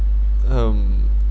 um